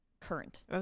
current